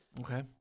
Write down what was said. Okay